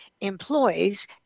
employees